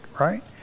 right